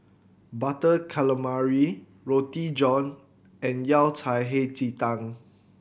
Butter Calamari Roti John and Yao Cai Hei Ji Tang